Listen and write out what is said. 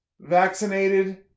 vaccinated